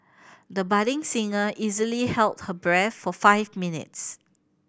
the budding singer easily held her breath for five minutes